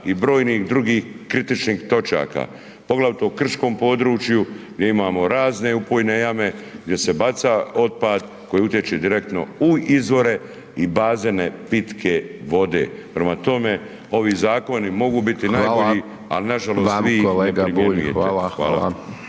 Hvala vam kolega Bačić.